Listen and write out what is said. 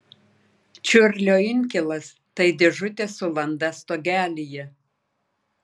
čiurlio inkilas tai dėžutė su landa stogelyje